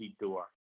door